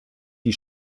die